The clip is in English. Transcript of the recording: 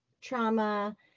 trauma